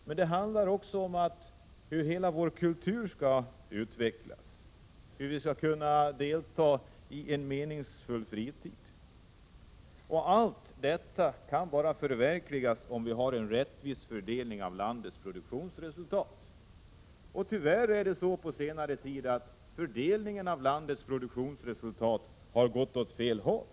Men det handlar också om hur hela vår kultur utvecklas och hur vi skall kunna delta i en meningsfull fritid. Allt detta kan förverkligas bara genom en rättvis fördelning av landets produktionsresultat. Tyvärr har på senare tid fördelningen av landets produktionsresultat gått åt fel håll.